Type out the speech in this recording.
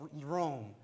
Rome